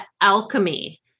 alchemy